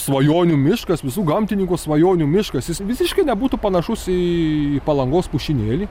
svajonių miškas visų gamtininkų svajonių miškas jis visiškai nebūtų panašus į palangos pušynėlį